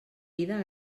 vida